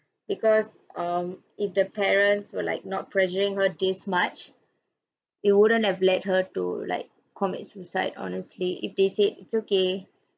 because um if the parents were like not pressuring her this much it wouldn't have led her to like commit suicide honestly if they said it's okay